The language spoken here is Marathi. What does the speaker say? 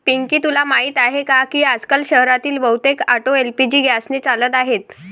पिंकी तुला माहीत आहे की आजकाल शहरातील बहुतेक ऑटो एल.पी.जी गॅसने चालत आहेत